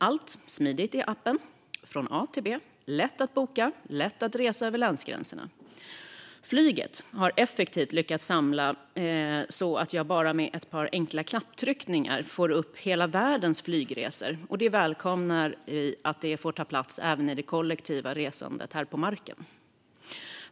Allt finns smidigt i appen, från A till B, och det är lätt att boka och lätt att resa över länsgränserna. Flyget har effektivt lyckats samla allt så att man bara med ett par enkla knapptryckningar får upp hela världens flygresor, och vi välkomnar att detsamma får ta plats även i det kollektiva resandet på marken.